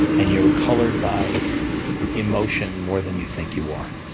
and you're colored by emotion more than you think you are.